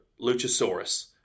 Luchasaurus